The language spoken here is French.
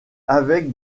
avec